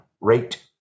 rate